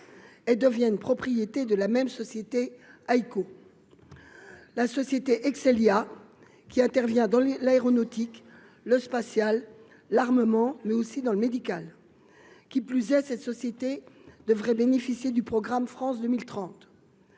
deviennent propriété de la même société High Co, la société Excelya qui intervient dans l'aéronautique, le spatial, l'armement, mais aussi dans le médical, qui plus est, cette société devrait bénéficier du programme, France 2030